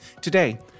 Today